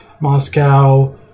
Moscow